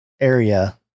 area